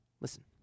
listen